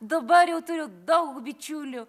dabar jau turiu daug bičiulių